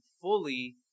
fully